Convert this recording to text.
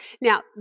Now